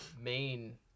main